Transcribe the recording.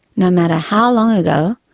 no matter how long ago,